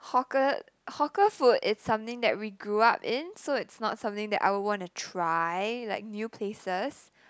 hawker hawker food is something that we grew up in so it's not something that I would wanna try like new places